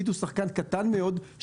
"ביט" הוא שחקן קטן מאוד,